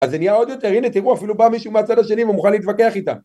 אז זה נהיה עוד יותר, הנה תראו אפילו בא מישהו מהצד השני ומוכן להתווכח איתה